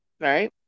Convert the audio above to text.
right